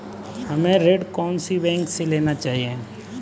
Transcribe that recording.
हमें ऋण कौन सी बैंक से लेना चाहिए?